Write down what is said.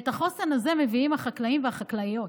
את החוסן הזה מביאים החקלאים והחקלאיות.